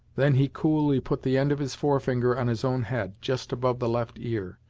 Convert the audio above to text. then he coolly put the end of his fore finger on his own head, just above the left ear,